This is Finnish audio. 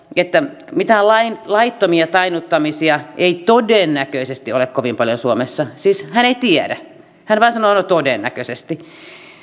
että mitään laittomia tainnuttamisia ei todennäköisesti ole kovin paljon suomessa siis hän ei tiedä hän vain sanoo todennäköisesti